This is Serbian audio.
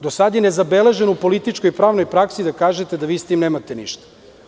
Do sada je nezabeležen u političkoj pravnoj praksi da kažete da vi sa tim nemate ništa.